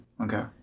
Okay